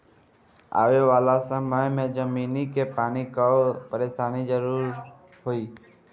आवे वाला समय में जमीनी के पानी कअ परेशानी जरूर होई